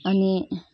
अनि